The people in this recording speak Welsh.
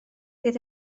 bydd